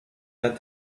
that